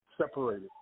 separated